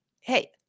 hey